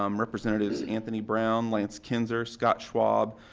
um representatives anthony brown, lance kinser, scott schwab,